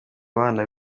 abana